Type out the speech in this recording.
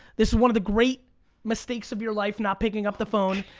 this is one of the great mistakes of your life not picking up the phone.